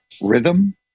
rhythm